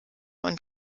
und